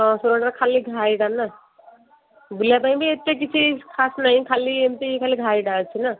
ହଁ ସୋରଡ଼ାଟା ଖାଲି ଘାଇଟାନା ବୁଲିବା ପାଇଁ ବି ଏତେ କିଛି ଖାସ୍ ନାହିଁ ଖାଲି ଏମିତି ଖାଲି ଘାଇଟା ଅଛି ନା